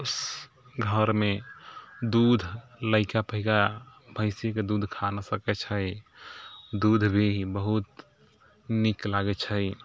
घरमे दूध लइका फइका भैँसीके दूध खा नहि सकै छै दूध भी बहुत नीक लागै छै